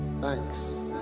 thanks